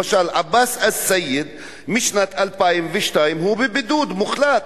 למשל, עבאס א-סייד, משנת 2002 הוא בבידוד מוחלט.